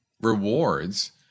rewards